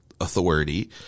authority